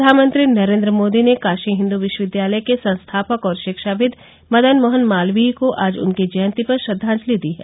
प्रधानमंत्री नरेन्द्र मोदी ने काशी हिन्दू विश्वविद्यालय के संस्थापक और शिक्षाविद मदन मोहन मालवीय को आज उनकी जयंती पर श्रद्वांजलि दी है